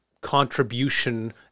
contribution